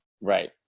Right